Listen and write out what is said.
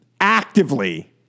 actively